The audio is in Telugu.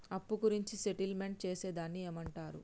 అప్పు గురించి సెటిల్మెంట్ చేసేదాన్ని ఏమంటరు?